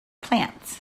plants